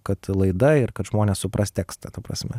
kad laida ir kad žmonės supras tekstą ta prasme